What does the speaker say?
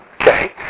Okay